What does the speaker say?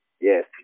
Yes